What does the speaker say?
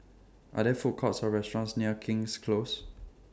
Are There Food Courts Or restaurants near King's Close